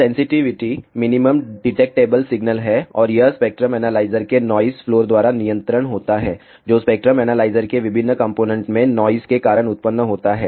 sensitivity minimum detectable signal है और यह स्पेक्ट्रम एनालाइजर के नॉइस फ्लोर द्वारा नियंत्रण होता है जो स्पेक्ट्रम एनालाइजर के विभिन्न कॉम्पोनेन्ट में नॉइस के कारण उत्पन्न होता है